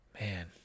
Man